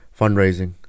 fundraising